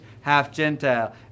half-Gentile